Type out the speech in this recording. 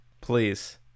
Please